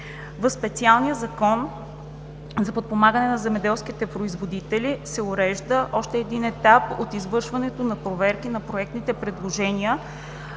В специалния Закон за подпомагане на земеделските производители се урежда още един етап от извършването на проверки на проектните предложения,